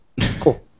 Cool